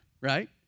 right